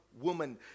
woman